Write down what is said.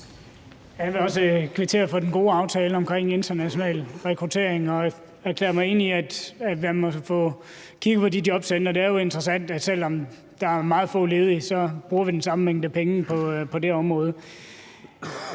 Jeg vil også kvittere for den gode aftale om international rekruttering og erklære mig enig i, at man må få kigget på de jobcentre. Det er jo interessant, at selv om der er meget få ledige, bruger vi den samme sum penge på det område.